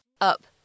up